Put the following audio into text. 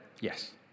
yes